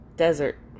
Desert